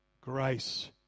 Grace